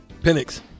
Penix